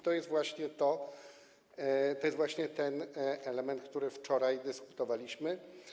To jest właśnie to, to jest właśnie ten element, który wczoraj dyskutowaliśmy.